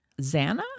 Zana